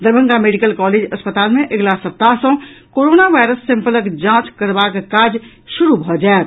Darbhanga medical college अस्पताल मे अगिला सप्ताह सॅ कोरोना वायरस सैंपल के जांच करबाक काज शुरू भऽ जायत